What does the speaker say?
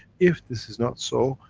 if this is not so,